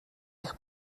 eich